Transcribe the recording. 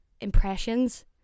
impressions